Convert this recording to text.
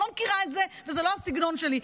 אני לא מכירה את זה וזה לא הסגנון שלי.